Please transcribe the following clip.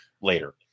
later